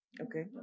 Okay